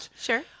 sure